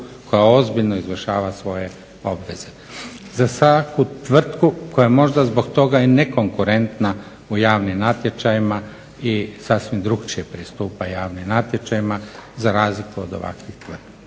koja ozbiljno izvršava svoje obveze, za svaku tvrtku koja možda zbog toga je i nekonkurentna u javnim natječajima i sasvim drukčije pristupa javnim natječajima za razliku od ovakvih tvrtki.